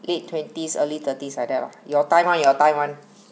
late twenties early thirties like that your time [one] your time [one]